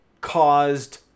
caused